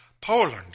Poland